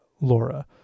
Laura